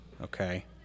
okay